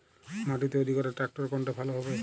মাটি তৈরি করার ট্রাক্টর কোনটা ভালো হবে?